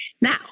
Now